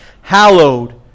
Hallowed